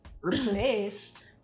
replaced